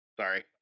Sorry